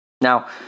Now